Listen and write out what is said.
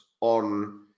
on